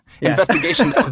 investigation